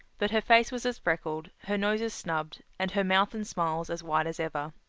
but her face was as freckled, her nose as snubbed, and her mouth and smiles as wide as ever.